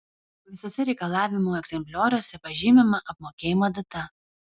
visuose reikalavimų egzemplioriuose pažymima apmokėjimo data